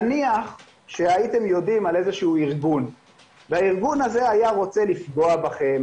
נניח שהייתם יודעים על איזה שהוא ארגון והארגון הזה היה רוצה לפגוע בכם,